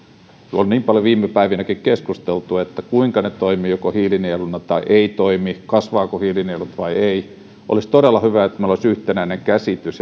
on niin paljon viime päivinäkin keskusteltu kuinka ne toimivat joko hiilinieluna tai eivät toimi kasvavatko hiilinielut vai eivät olisi todella hyvä että meillä olisi yhtenäinen käsitys